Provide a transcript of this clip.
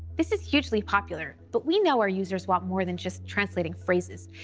this is hugely popular, but we know our users want more than just translating phrases.